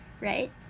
right